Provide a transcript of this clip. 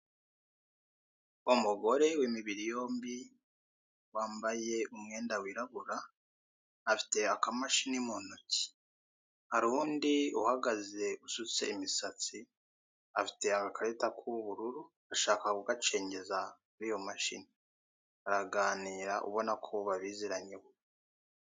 Umugore w'imibiri yombi wambaye umyenda wirabura afite akamashini mu ntoki hari undi uhagaze usutse imisatsi afite agakarita k'ubururu ashaka kugacengeza muri iyo mashini baraganira ubona ko babiziranyeho.